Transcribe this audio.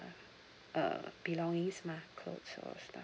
uh belongings mah clothes or stuff